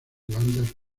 bandas